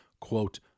quote